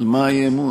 על מה האי-אמון?